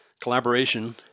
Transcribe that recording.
collaboration